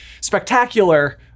spectacular